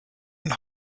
und